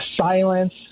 silence